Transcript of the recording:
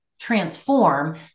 transform